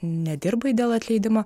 nedirbai dėl atleidimo